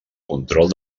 control